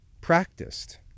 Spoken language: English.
practiced